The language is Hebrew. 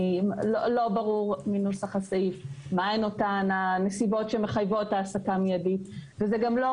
לא ברור מנוסח הסעיף מה הן אותן נסיבות שמחייבות העסקה מידית וזה גם לא